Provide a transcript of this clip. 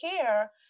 care